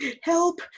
Help